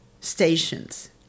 stations